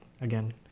again